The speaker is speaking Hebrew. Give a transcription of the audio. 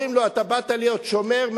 אומרים לו: אתה באת להיות שומר,